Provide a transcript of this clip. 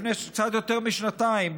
לפני קצת יותר משנתיים,